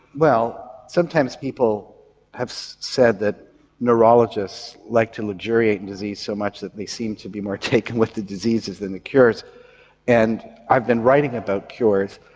well sometimes people have said that neurologists like to luxuriate in disease so much that they seem to be more taken with the diseases than the cures and i've been writing about cures.